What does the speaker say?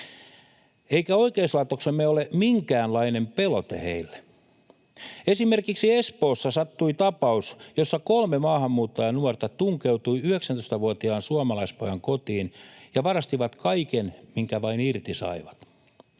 Eikä oikeuslaitoksemme ole minkäänlainen pelote heille. Esimerkiksi Espoossa sattui tapaus, jossa kolme maahanmuuttajanuorta tunkeutui 19-vuotiaan suomalaispojan kotiin ja varasti kaiken, minkä vain irti saivat.